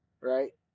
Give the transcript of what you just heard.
right